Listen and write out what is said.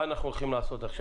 מה אנחנו הולכים לעשות עכשיו?